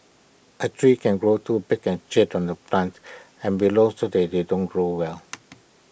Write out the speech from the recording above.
A tree can grow too big and shade out the plants and below so they they don't grow well